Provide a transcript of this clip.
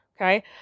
Okay